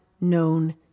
known